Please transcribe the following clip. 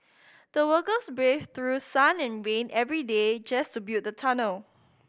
the workers braved through sun and rain every day just to build the tunnel